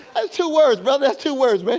ah two words brother. that's two words man.